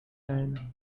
and